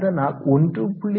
அதனால் 1